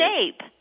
shape